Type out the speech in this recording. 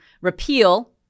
repeal